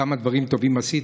כמה דברים טובים עשית,